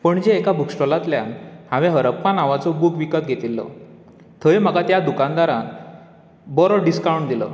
पणजें एका बुकस्टाॅलांतल्यान हांवें हरप्पा नांवाचो एक बुक विकत घेतिल्लो थंय म्हाका त्या दुकानदारान बरो डिस्कावन्ट दिलो